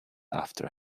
after